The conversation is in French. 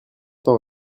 temps